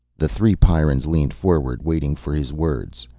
the three pyrrans leaned forward, waiting for his words.